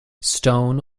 stone